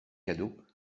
cadeaux